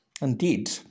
Indeed